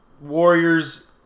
Warriors